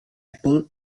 apple